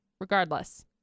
regardless